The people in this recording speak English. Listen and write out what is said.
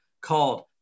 called